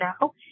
now